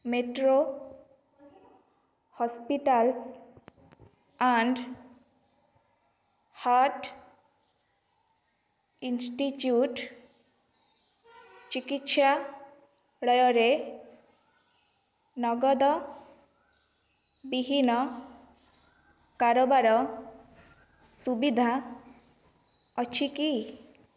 metro hospitals and heart institute ଚିକିତ୍ସାଳୟରେ ନଗଦ ବିହୀନ କାରବାର ସୁବିଧା ଅଛି କି